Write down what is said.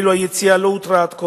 ואילו היציאה לא הותרה עד כה.